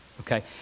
okay